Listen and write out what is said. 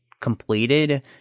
completed